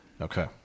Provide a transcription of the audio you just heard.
Okay